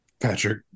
Patrick